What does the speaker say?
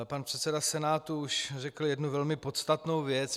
Pan předseda Senátu už řekl jednu velmi podstatnou věc.